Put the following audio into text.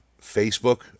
Facebook